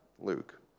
Luke